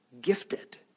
gifted